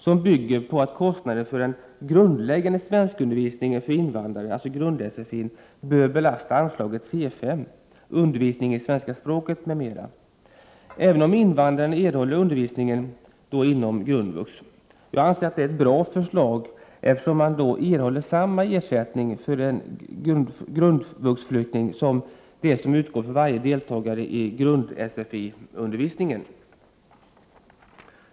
Det bygger på att kostnaden för en grundläggande svenskundervisning för invandrare — alltså grund-sfi — bör belasta anslaget CS Undervisning i svenska språket m.m., även om invandrarna erhåller undervisning inom grundvux. Jag anser att det är ett bra förslag, eftersom man erhåller samma ersättning för en flykting som läser på grundvux som för en deltagare i grund-sfi-undervisningen.